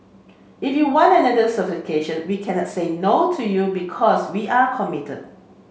if you want another certification we cannot say no to you because we're commit